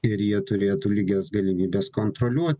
ir jie turėtų lygias galimybes kontroliuoti